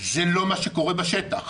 זה לא מה שקורה בשטח.